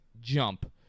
jump